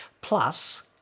Plus